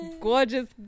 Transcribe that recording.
gorgeous